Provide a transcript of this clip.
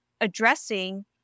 addressing